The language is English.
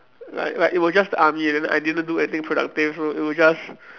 like like it was just army and then I didn't do anything productive so it was just